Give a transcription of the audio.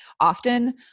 often